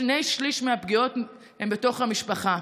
שני שלישים מהפגיעות הם בתוך המשפחה,